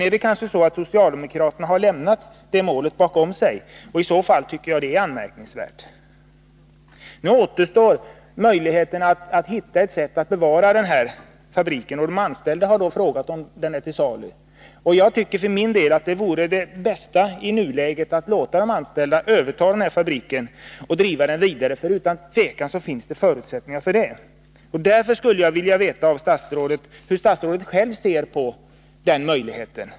Är det kanske så att socialdemokraterna har lämnat det målet bakom sig? Det är i så fall anmärkningsvärt. Nu återstår möjligheten att hitta ett sätt att bevara Boråsfabriken, och de anställda har då frågat om den är till salu. Jag tycker för min del att det bästa i dagens läge vore att låta de anställda överta fabriken och driva den vidare. Utan tvivel finns det förutsättningar för detta. Därför skulle jag vilja veta hur statsrådet själv ser på den möjligheten.